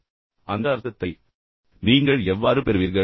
ஆனால் அந்த அர்த்தத்தை நீங்கள் எவ்வாறு பெறுவீர்கள்